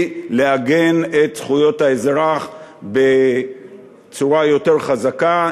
לעגן את זכויות האזרח בצורה יותר חזקה,